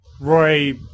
Roy